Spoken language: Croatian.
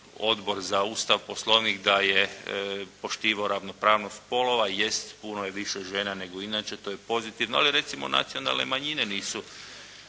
Odbor za Ustav, Poslovnik, da je poštivao ravnopravnost spolova, jest, puno je više žena nego inače, to je pozitivno, ali, recimo nacionalne manjine nisu